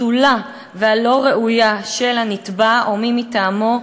הפסולה והלא-ראויה של הנתבע או מי מטעמו,